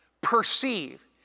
perceive